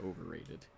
Overrated